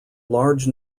large